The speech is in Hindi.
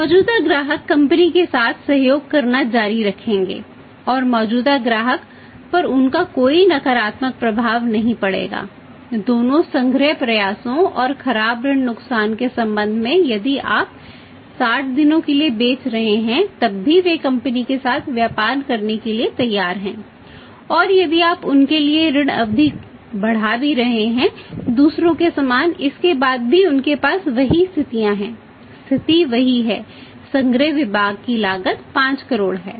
मौजूदा ग्राहक कंपनी के साथ व्यापार करने के लिए तैयार हैं और यदि आप उनके लिए ऋण अवधि भी बढ़ा रहे हैं दूसरों के समान इसके बाद भी उनके पास वही स्थितियां हैं स्थिति वही है संग्रह विभाग की लागत 5 करोड़ है